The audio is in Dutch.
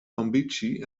ambitie